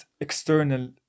external